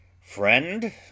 Friend